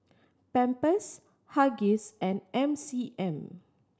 Pampers Huggies and M C M